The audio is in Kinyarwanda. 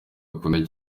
akunda